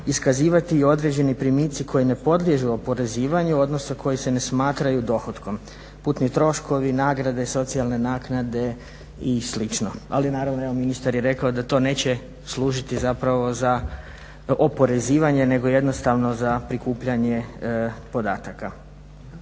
iskazivati i određeni primici koji ne podliježu oporezivanju, odnosno koji se ne smatraju dohotkom. Putni troškovi, nagrade, socijalne naknade i slično. Ali naravno evo ministar je rekao da to neće služiti zapravo za oporezivanje nego jednostavno za prikupljanje podataka.